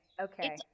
okay